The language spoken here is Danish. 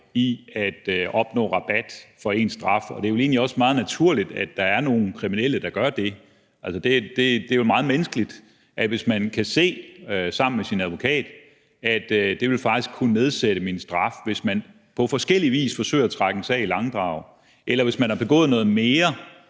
i at opnå rabat i forbindelse med deres straf. Og det er vel egentlig også meget naturligt, at der er nogle kriminelle, der gør det – altså, hvis man sammen med sin advokat kan se, at det faktisk vil kunne nedsætte ens straf, hvis man på forskellig vis forsøger at trække sin sag i langdrag, eller hvis man har begået noget mere,